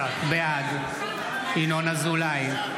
בעד ינון אזולאי,